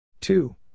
two